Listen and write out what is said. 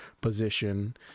position